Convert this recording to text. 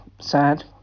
sad